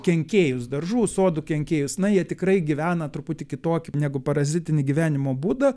kenkėjus daržų sodų kenkėjus na jie tikrai gyvena truputį kitokį negu parazitinį gyvenimo būdą